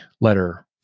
letter